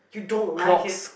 you don't like his